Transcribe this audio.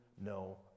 no